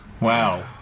Wow